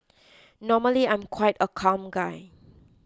normally I'm quite a calm guy